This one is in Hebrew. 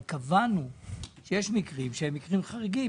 אבל קבענו שיש מקרים חריגים.